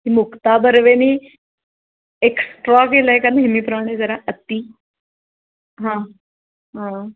ती मुक्ता बर्वेने एक्स्ट्रा केला आहे का नेहमी प्रमाणे जरा अती हां हां